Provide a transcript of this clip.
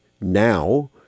now